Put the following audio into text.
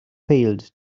failed